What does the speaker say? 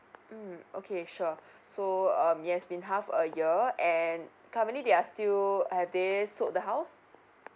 mm okay sure so um it's has been half a year and currently they are still have they sold the house